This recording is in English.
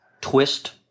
twist